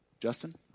Justin